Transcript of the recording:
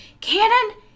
Cannon